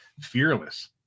fearless